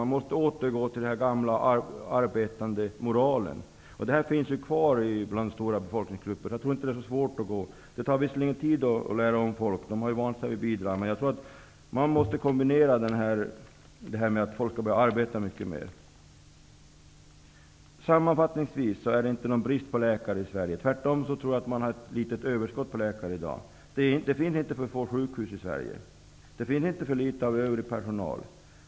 Man måste återgå till den gamla arbetsmoralen. Jag tror inte att det är så svårt. Den finns ju kvar i stora befolkningsgrupper. Det tar visserligen tid för folk att lära om. Man har ju vant sig vid bidrag. Men jag tror att man måste kombinera detta med att folk skall arbeta mycket mer. Sammanfattningsvis: Det är inte någon brist på läkare i Sverige. Jag tror tvärtom att det finns ett överskott på läkare i dag. Det finns inte för få sjukhus i Sverige. Det finns inte för litet av övrig personal.